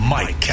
Mike